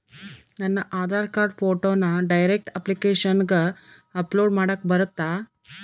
ನನ್ನ ಆಧಾರ್ ಕಾರ್ಡ್ ಫೋಟೋನ ಡೈರೆಕ್ಟ್ ಅಪ್ಲಿಕೇಶನಗ ಅಪ್ಲೋಡ್ ಮಾಡಾಕ ಬರುತ್ತಾ?